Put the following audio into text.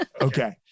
okay